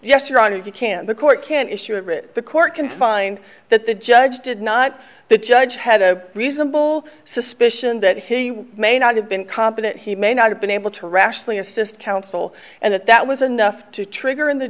yes you're on it you can the court can issue a writ the court can find that the judge did not the judge had a reasonable suspicion that he may not have been competent he may not have been able to rationally assist counsel and that that was enough to trigger in the